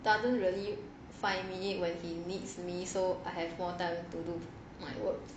doesn't really find me when he needs me so I have more time to do my work